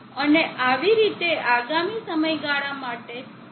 અને આવી રીતે આગામી સમયગાળા માટે પણ